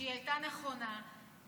שהייתה נכונה,